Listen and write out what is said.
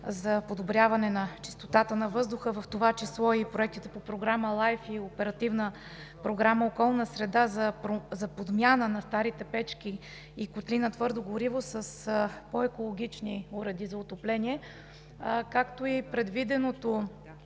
за подобряване на чистотата на въздуха, в това число и проектите по Програма LIFE и Оперативна програма „Околна среда“ за подмяна на старите печки и котли на твърдо гориво с по-екологични уреди за отопление, както и предвиденото